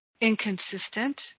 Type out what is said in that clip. inconsistent